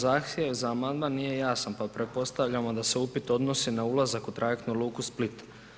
Zahtjev za amandman nije jasan pa pretpostavljamo da se upit odnosi na ulazak u trajektnu luku Split.